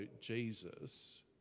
Jesus